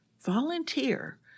Volunteer